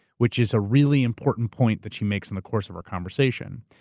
which is a really important point that she makes in the course of our conversation.